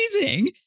amazing